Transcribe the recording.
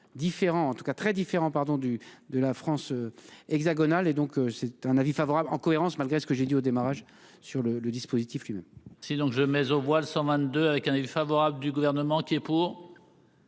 en tout cas très différents, pardon du de la France. Hexagonale et donc c'est un avis favorable en cohérence malgré ce que j'ai dit au démarrage sur le le dispositif lui-même.